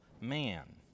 man